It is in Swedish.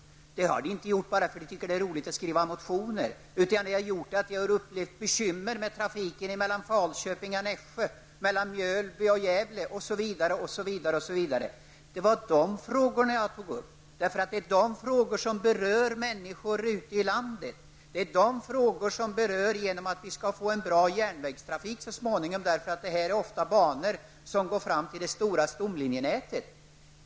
De har inte tagit upp dessa frågor bara av den anledningen att de tycker att det är roligt att skriva motioner, utan anledningen är att de har upplevt bekymmer med trafiken mellan Falköping och Nässjö, mellan Det var de frågorna jag tog upp. Det är frågor som berör människor ute i landet, eftersom de handlar om möjligheten att så småningom få en bra järnvägstrafik. De handlar nämligen ofta om banor som går fram till det stora stomlinjenätet.